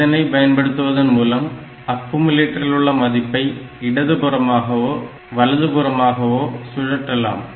இதனை பயன்படுத்துவதன் மூலம் அக்குமுலேட்டரிலுள்ள மதிப்பை இடது புறமாகவோ வலதுபுறமாகவோ சுழற்றலாம்